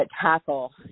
tackle